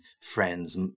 friends